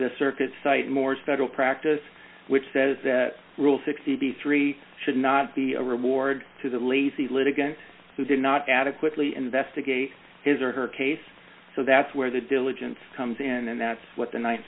the circuit site more federal practice which says that rule sixty three dollars should not be a reward to the lazy litigant who did not adequately investigate his or her case so that's where the diligence comes in and that's what the